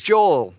Joel